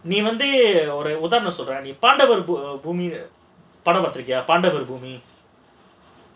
நீ வந்து ஒரு உதாரணம் சொல்றேன் நீ பாண்டவர் பூமி படம் பாத்துருக்கியா Pandavar Bhoomi vandhu oru utharanam solraen nee pandavar boomi padam parthurukiyaa pandavar boomi